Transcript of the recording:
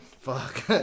fuck